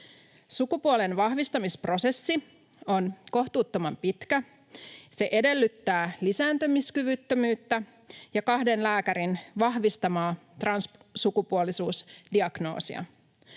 Sukupuolen vahvistamisprosessi on kohtuuttoman pitkä. Se edellyttää lisääntymiskyvyttömyyttä ja kahden lääkärin vahvistamaa transsukupuolisuusdiagnoosia.